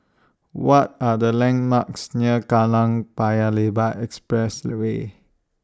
What Are The landmarks near Kallang Paya Lebar Expressway